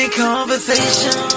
conversation